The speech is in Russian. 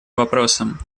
вопросам